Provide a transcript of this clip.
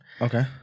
Okay